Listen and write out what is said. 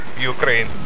Ukraine